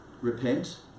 Repent